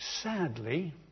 sadly